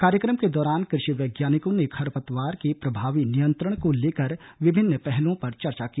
कार्यक्रम के दौरान कृषि वैज्ञानिकों ने खरपतवार के प्रभावी नियंत्रण को लेकर विभिन्न पहलुओं पर चर्चा की